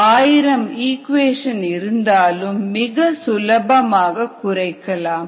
1001000 equation இருந்தாலும் மிக சுலபமாக குறைக்கலாம்